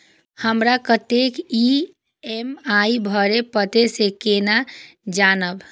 हमरा कतेक ई.एम.आई भरें परतें से केना जानब?